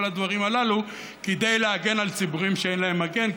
הדברים הללו כדי להגן על ציבורים שאין להם מגן.